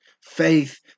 Faith